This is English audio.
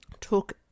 took